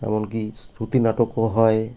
এমন কি শ্রুতি নাটকও হয়